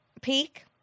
peak